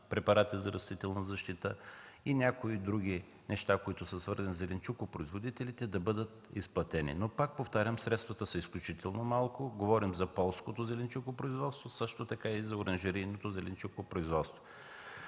препарати за растителна защита и някои други неща, свързани със зеленчукопроизводителите, да бъдат изплатени. Пак повтарям, средствата са изключително малко, говорим за полското зеленчукопроизводство, а също така за оранжерийното зеленчукопроизводство.